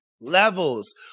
levels